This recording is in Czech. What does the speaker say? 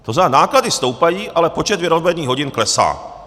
To znamená, náklady stoupají, ale počet vyrobených hodin klesá.